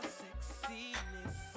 sexiness